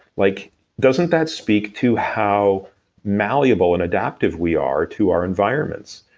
like doesn't that speak to how malleable and adaptive we are to our environments.